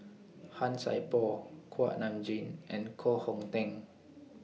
Han Sai Por Kuak Nam Jin and Koh Hong Teng